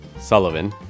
Sullivan